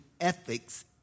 ethics